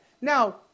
Now